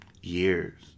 years